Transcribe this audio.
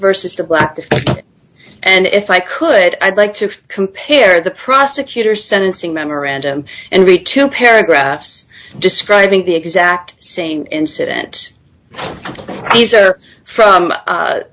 versus the black and if i could i'd like to compare the prosecutor's sentencing memorandum and the two paragraphs describing the exact same incident these are from